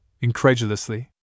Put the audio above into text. incredulously